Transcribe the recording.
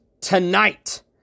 tonight